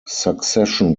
succession